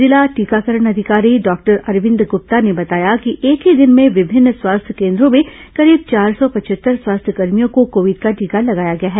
जिला टीकाकरण अधिकारी डॉक्टर अरविंद गृप्ता ने बताया कि एक ही दिन में विभिन्न स्वास्थ्य केन्द्रों में करीब चार सौ पचहत्तर स्वास्थ्य कर्मियों को कोविड का टीका लगाया है